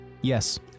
Yes